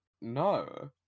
no